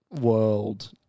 world